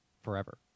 forever